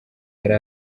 yari